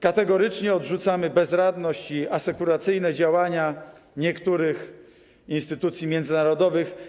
Kategorycznie odrzucamy bezradność i asekuracyjne działania niektórych instytucji międzynarodowych.